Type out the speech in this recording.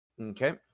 Okay